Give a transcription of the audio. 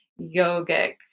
yogic